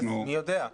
אז מי יודע?